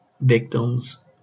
victims